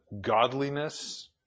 godliness